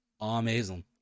amazing